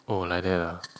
oh like that ah